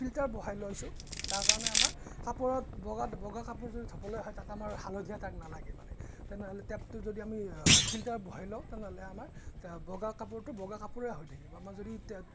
filter বহাই লৈছোঁ যাৰ কাৰণে আমাৰ কাপোৰত বগা বগা কাপোৰ যদি ধুবলৈ হয় তাত আমাৰ হালধীয়া দাগ নালাগে মানে তেনেহ'লে টেপটো যদি আমি ফিল্টাৰ বহাই লওঁ তেনেহ'লে আমাৰ বগা কাপোৰটো বগা কাপোৰেই হৈ থাকিব আমাৰ যদি